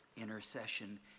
intercession